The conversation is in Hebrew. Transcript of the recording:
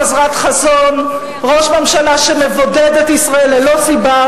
חסרת חזון, ראש ממשלה שמבודד את ישראל ללא סיבה,